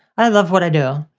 i love what i do,